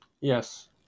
Yes